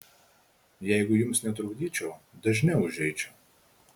jeigu jums netrukdyčiau dažniau užeičiau